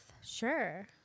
Sure